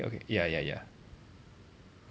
okay ya ya ya